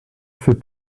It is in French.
fais